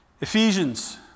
Ephesians